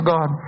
God